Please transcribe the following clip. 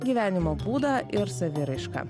gyvenimo būdą ir saviraišką